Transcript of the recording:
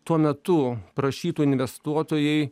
tuo metu prašytų investuotojai